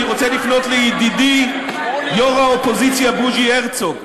אני רוצה לפנות לידידי יושב-ראש האופוזיציה בוז'י הרצוג,